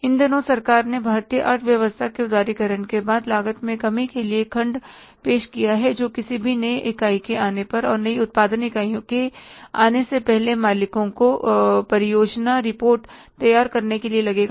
इन दिनों सरकार ने भारतीय अर्थव्यवस्था के उदारीकरण के बाद लागत में कमी के लिए एक खंड पेश किया है जो किसी भी नई इकाई के आने पर और नई उत्पादन इकाइयों के आने से पहले मालिकों को परियोजना रिपोर्ट तैयार करने के लिए लगेगा